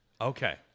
Okay